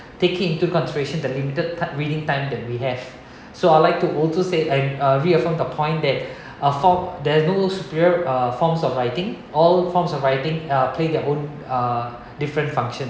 taking into consideration the limited time reading time that we have so I'd like to also say and uh reaffirms the point that uh form there's no superior forms of writing all forms of writing uh playing their own uh different function